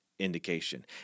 Indication